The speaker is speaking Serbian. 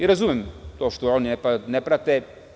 Razumem to što oni ne prate.